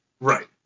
Right